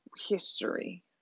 history